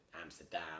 Amsterdam